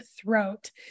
throat